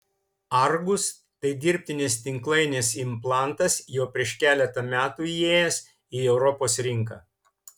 argus tai dirbtinis tinklainės implantas jau prieš keletą metų įėjęs į europos rinką